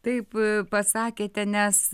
taip pasakėte nes